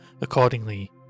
Accordingly